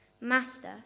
Master